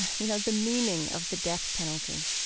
you know, the meaning of the death penalty?